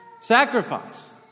sacrifice